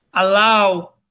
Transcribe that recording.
allow